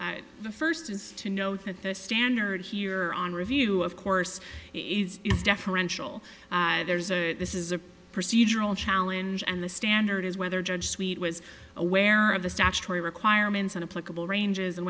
the first is to know that the standard here on review of course is deferential there's a this is a procedural challenge and the standard is whether judge suite was aware of the statutory requirements in a political ranges and